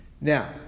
Now